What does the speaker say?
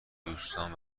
دوستان